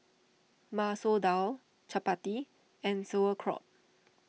Masoor Dal Chapati and Sauerkraut